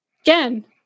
again